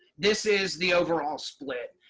this is the overall split.